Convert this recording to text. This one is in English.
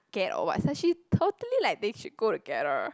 get or what cause she totally like they should go together